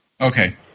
okay